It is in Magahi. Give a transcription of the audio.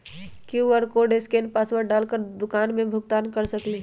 कियु.आर कोड स्केन पासवर्ड डाल कर दुकान में भुगतान कर सकलीहल?